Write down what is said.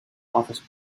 office